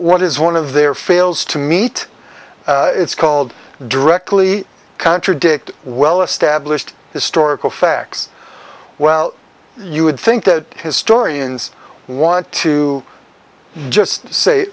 what is one of their fails to meet it's called directly contradict well established historical facts well you would think that historians want to just say